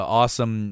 awesome